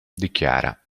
dichiara